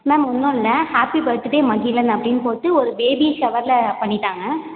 ma'am ஒன்றுல்ல happy birthday Magizhan அப்படின்னு போட்டு ஒரு பேபி ஷவரில் பண்ணி தாங்க